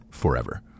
Forever